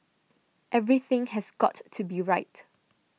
everything has got to be right